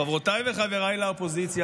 חברותיי וחבריי לאופוזיציה,